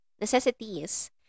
necessities